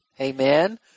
amen